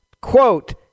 quote